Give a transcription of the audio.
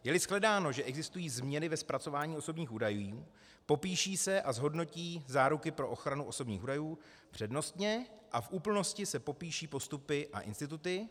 Jeli shledáno, že existují změny ve zpracování osobních údajů, popíší se a zhodnotí záruky pro ochranu osobních údajů, přednostně a v úplnosti se popíší postupy a instituty.